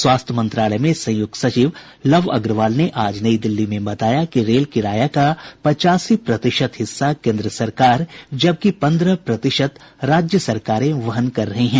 स्वास्थ्य मंत्रालय में संयुक्त सचिव लव अग्रवाल ने आज नई दिल्ली में बताया कि रेल किराया का पचासी प्रतिशत हिस्सा केन्द्र सरकार जबकि पंद्रह प्रतिशत राज्य सरकारें वहन कर रही हैं